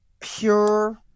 pure